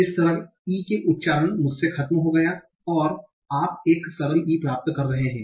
इसी तरह e के उच्चारण मुझसे खत्म हो गया है और आप एक सरल e प्राप्त कर रहे हैं